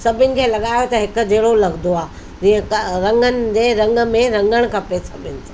सभिनि खे लॻायो त हिकु जहिड़ो लॻंदो आहे जीअं क रंगनि जे रंग में रंगण खपे सभिनि खे